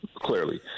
clearly